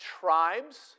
tribes